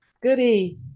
Goody